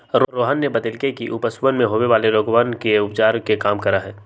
रोहन ने बतल कई कि ऊ पशुवन में होवे वाला रोगवन के उपचार के काम करा हई